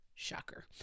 Shocker